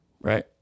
right